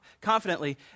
confidently